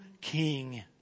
king